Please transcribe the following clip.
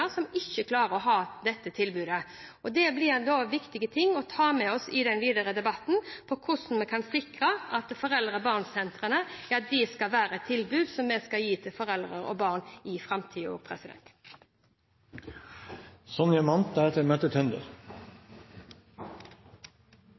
som ikke klarer å ha dette tilbudet. Det blir viktige ting å ta med seg i den videre debatten hvordan vi kan sikre at foreldre og barn-sentre er et tilbud som vi skal gi til foreldre og barn også i